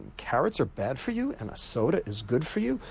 carrots are bad for you and a soda is good for you?